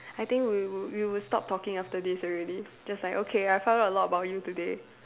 I think we wou~ we would stop talking after this already just like okay I found out a lot about you today